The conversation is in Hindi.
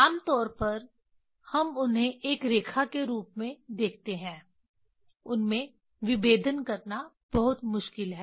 आम तौर पर हम उन्हें एक रेखा के रूप में देखते हैं उनमें विभेदन करना बहुत मुश्किल है